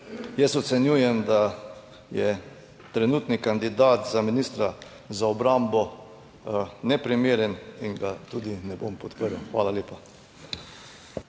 jaz ocenjujem, da je trenutni kandidat za ministra za obrambo neprimeren in ga tudi ne bom podprl. Hvala lepa.